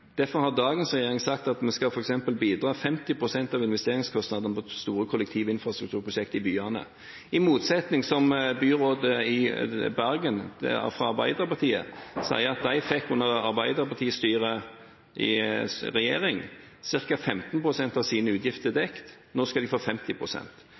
Derfor har dagens regjering sagt at vi f.eks. skal bidra med 50 pst. av investeringskostnadene på store kollektivinfrastrukturprosjekt i byene. I motsetning sier arbeiderpartibyrådet i Bergen at de med Arbeiderpartiet i regjering fikk ca. 15 pst. av sine utgifter